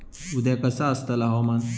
उद्या कसा आसतला हवामान?